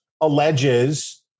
Alleges